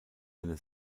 eine